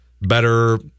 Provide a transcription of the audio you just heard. better